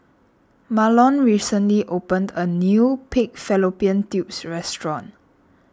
Mahlon recently opened a new Pig Fallopian Tubes restaurant